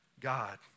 God